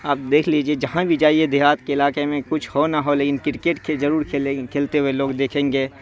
آپ دیکھ لیجیے جہاں بھی جائیے دیہات کے علاقے میں کچھ ہو نہ ہو لیکن کرکٹ ضرور کھیلیں گے کھیلتے ہوئے لوگ دیکھیں گے